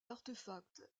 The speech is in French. artefacts